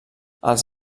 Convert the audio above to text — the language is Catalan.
els